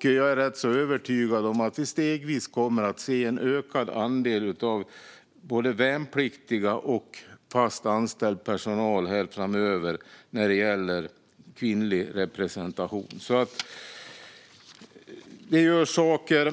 Jag är rätt övertygad om att vi framöver kommer att se en stegvis ökad andel av både värnpliktiga och fast anställd personal när det gäller kvinnlig representation. Det görs alltså saker.